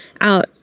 out